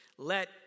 Let